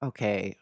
Okay